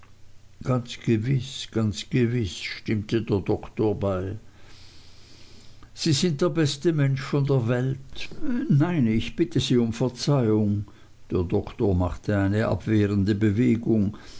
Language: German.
ganz gewiß ganz gewiß stimmte der doktor bei sie sind der beste mensch von der welt nein ich bitte um verzeihung der doktor machte eine abwehrende bewegung